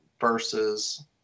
versus